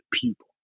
people